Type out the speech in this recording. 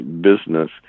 business